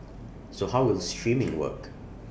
so how will streaming work